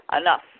enough